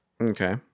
okay